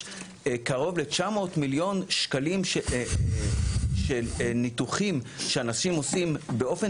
קרוב ל-900 מיליון שקלים שניתוחים שאנשים עושים באופן